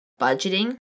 budgeting